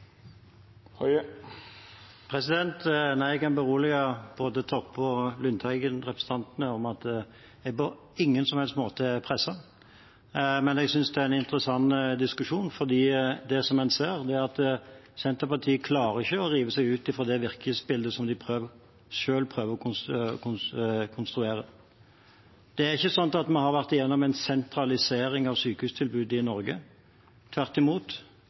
her. Nei, jeg kan berolige representantene Toppe og Lundteigen med at jeg på ingen som helst måte er presset. Men jeg synes det er en interessant diskusjon, for det en ser, er at Senterpartiet ikke klarer å rive seg løs fra det virkelighetsbildet som de prøver å konstruere. Det er ikke sånn at vi har vært gjennom en sentralisering av sykehustilbudet i Norge – tvert imot.